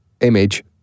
image